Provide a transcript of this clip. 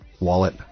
wallet